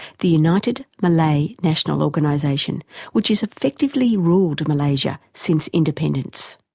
the united malay national organisation which has effectively ruled malaysia since independence.